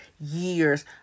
years